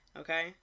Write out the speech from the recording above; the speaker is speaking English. okay